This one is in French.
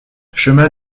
chemin